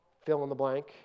fill-in-the-blank